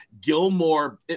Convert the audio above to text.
Gilmore